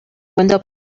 window